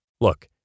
look